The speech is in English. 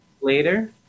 later